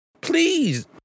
Please